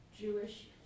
Jewish